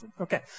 Okay